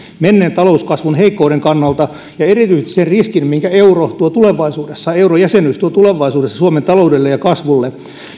menneen talouskasvun heikkouden kannalta ja erityisesti sen riskin minkä euro ja eurojäsenyys tuo tulevaisuudessa suomen taloudelle ja kasvulle